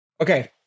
Okay